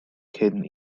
cyn